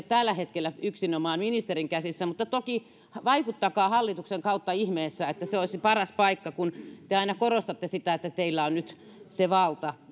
tällä hetkellä yksinomaan ministerin käsissä mutta toki vaikuttakaa hallituksen kautta ihmeessä se olisi paras paikka kun te aina korostatte sitä että teillä on nyt se valta